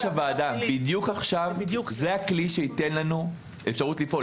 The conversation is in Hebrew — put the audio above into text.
בדיוק עכשיו - זה הכלי שייתן לנו אפשרות לפעול.